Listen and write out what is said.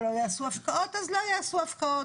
ולא יעשו הפקעות אז לא יעשו הפקעות.